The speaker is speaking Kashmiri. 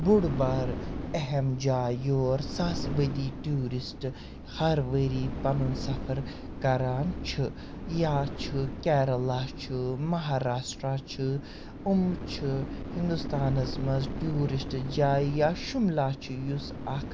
بوٚڈ بارٕ اہم جاے یور ساسہٕ بٔدی ٹیوٗرِسٹہٕ ہر ؤری پَنُن سفر کران چھِ یا چھُ کیرلا چھُ مہاراشٹرا چھُ یِم چھِ ہِنٛدوستانَس منٛز ٹیوٗرِسٹہٕ جایہِ یا شملہٕ چھُ یُس اکھ